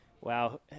wow